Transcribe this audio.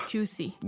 Juicy